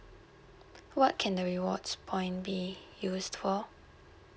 what can the rewards point be used for